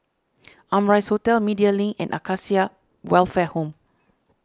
Amrise Hotel Media Link and Acacia Welfare Home